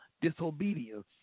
disobedience